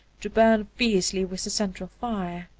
to burn fiercely with the central fire.